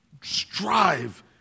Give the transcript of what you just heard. strive